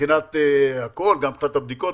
מבחינת הכול, גם מבחינת הבדיקות.